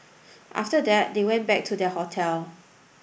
after that they went back to their hotel